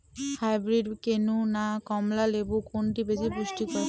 Hybrid কেনু না কমলা লেবু কোনটি বেশি পুষ্টিকর?